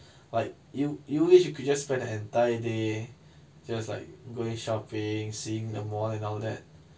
like you you wish you could just spend the entire day just like going shopping seeing the mall and all that